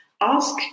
Ask